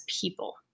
people